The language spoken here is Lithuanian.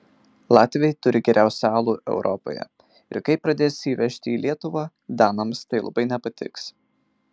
latviai turi geriausią alų europoje ir kai pradės jį vežti į lietuvą danams tai labai nepatiks